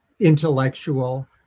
intellectual